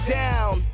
down